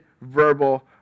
verbal